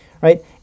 right